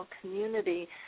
community